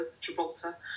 Gibraltar